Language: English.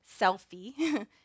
selfie